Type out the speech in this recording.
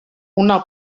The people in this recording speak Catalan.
una